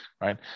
right